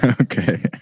Okay